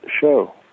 show